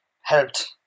helped